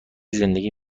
زندگی